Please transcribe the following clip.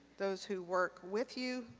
those who work with you,